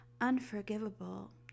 unforgivable